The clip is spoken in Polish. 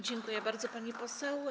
Dziękuję bardzo, pani poseł.